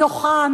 דוחה,